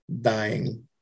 dying